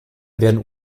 werden